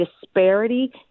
disparity